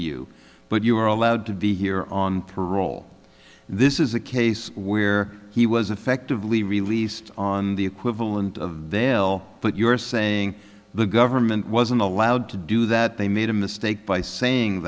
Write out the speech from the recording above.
you but you are allowed to be here on parole this is a case where he was effectively released on the equivalent of the l but you're saying the government wasn't allowed to do that they made a mistake by saying